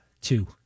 Two